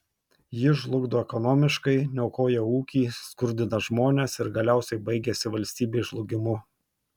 jis žlugdo ekonomiškai niokoja ūkį skurdina žmones ir galiausiai baigiasi valstybės žlugimu